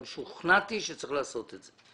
גם שוכנעתי שצריך לעשות את זה.